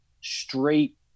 straight